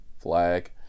Flag